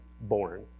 born